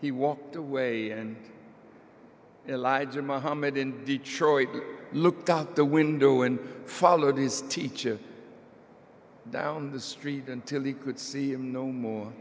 he walked away and allied to mohammad in detroit looked out the window and followed his teacher down the street until he could see him no more